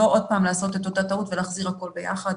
ולא עוד פעם לעשות את אותה הטעות ולהחזיר הכול ביחד.